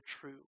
true